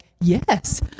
yes